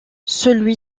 celui